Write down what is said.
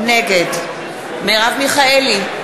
נגד מרב מיכאלי,